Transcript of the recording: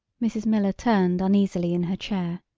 mrs. miller turned uneasily in her chair.